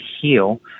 heal